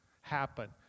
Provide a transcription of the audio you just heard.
happen